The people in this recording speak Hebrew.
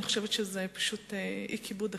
אני חושבת שזה פשוט אי-כיבוד הכנסת,